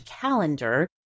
calendar